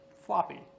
floppy